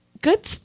Good